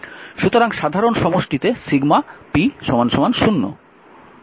সুতরাং সাধারণ সমষ্টিতে সিগমা 0